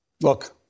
Look